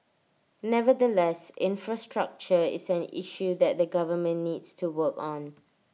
nevertheless infrastructure is an issue that the government needs to work on